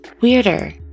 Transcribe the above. weirder